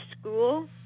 school